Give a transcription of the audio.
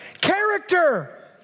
character